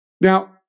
Now